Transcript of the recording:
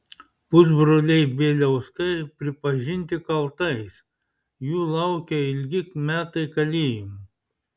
pusbroliai bieliauskai pripažinti kaltais jų laukia ilgi metai kalėjimo